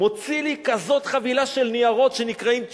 מוציא לי כזאת חבילה של ניירות שנקראים "צ'אנס".